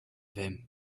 him